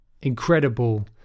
incredible